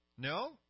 No